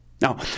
Now